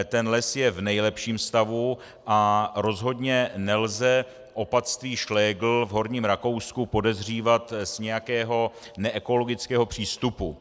Ten les je v nejlepším stavu a rozhodně nelze opatství Schlegel v Horním Rakousku podezřívat z nějakého neekologického přístupu.